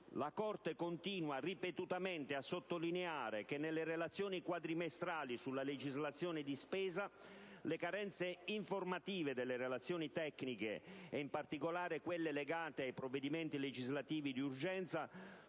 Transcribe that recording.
La Corte continua ripetutamente a sottolineare, nelle relazioni quadrimestrali sulla legislazione di spesa, le carenze informative delle relazioni tecniche, e in particolare quelle legate ai provvedimenti legislativi d'urgenza,